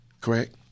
Correct